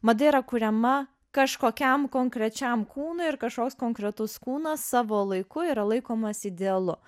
mada yra kuriama kažkokiam konkrečiam kūnui ir kažkoks konkretus kūnas savo laiku yra laikomas idealu